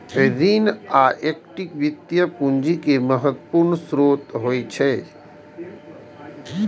ऋण आ इक्विटी वित्तीय पूंजीक महत्वपूर्ण स्रोत होइत छैक